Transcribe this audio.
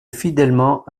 fidèlement